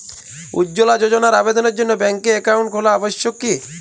উজ্জ্বলা যোজনার আবেদনের জন্য ব্যাঙ্কে অ্যাকাউন্ট খোলা আবশ্যক কি?